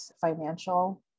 financial